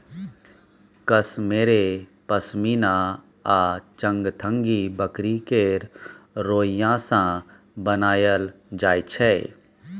कश्मेरे पश्मिना आ चंगथंगी बकरी केर रोइयाँ सँ बनाएल जाइ छै